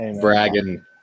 bragging